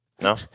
No